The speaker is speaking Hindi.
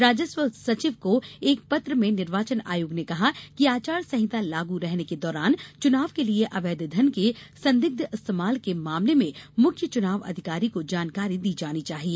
राजस्व सचिव को एक पत्र में निर्वाचन आयोग ने कहा है कि आचार संहिता लागू रहने के दौरान चुनाव के लिए अवैध धन के संदिग्ध इस्तेमाल के मामले में मुख्य चुनाव अधिकारी को जानकारी दी जानी चाहिए